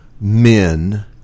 men